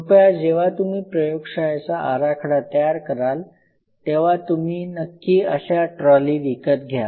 कृपया जेव्हा तुम्ही प्रयोगशाळेचा आराखडा तयार कराल तेव्हा तुम्ही नक्की अशा ट्रॉली विकत घ्या